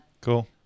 Cool